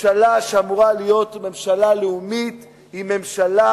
ממשלה שאמורה להיות ממשלה לאומית היא ממשלה